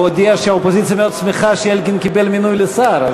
הוא הודיע שהאופוזיציה מאוד שמחה שאלקין קיבל מינוי לשר.